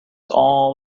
all